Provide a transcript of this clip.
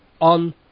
on